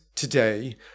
today